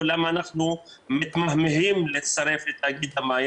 למה אנחנו מתמהמהים לסרב לתאגיד המים,